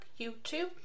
YouTube